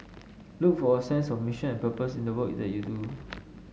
look for a sense of mission and purpose in the work that you do